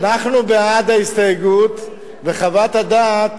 אנחנו בעד ההסתייגות, וחוות הדעת